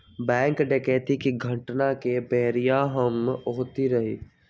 bank डकैती के घटना के बेरिया हम ओतही रही